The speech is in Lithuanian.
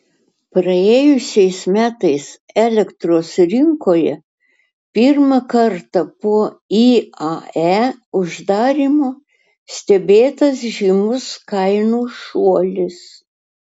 praėjusiais metais elektros rinkoje pirmą kartą po iae uždarymo stebėtas žymus kainų šuolis